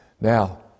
Now